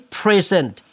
present